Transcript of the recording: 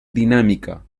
dinámica